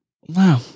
Wow